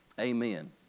Amen